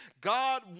God